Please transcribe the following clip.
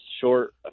short